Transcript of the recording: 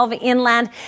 inland